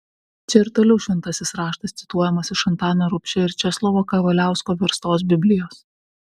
čia ir toliau šventasis raštas cituojamas iš antano rubšio ir česlovo kavaliausko verstos biblijos